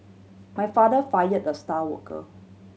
my father fire the star worker